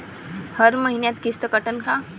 हर मईन्याले किस्त कटन का?